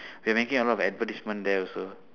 they making a lot of advertisement there also